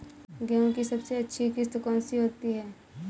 गेहूँ की सबसे अच्छी किश्त कौन सी होती है?